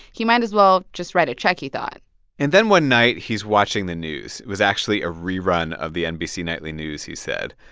he might as well just write a check, he thought and then one night, he's watching the news. it was actually a rerun of the nbc nightly news, he said.